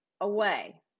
away